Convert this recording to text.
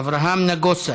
אברהם נגוסה,